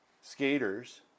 skaters